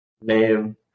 name